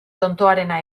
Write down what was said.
tontoarena